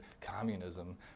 communism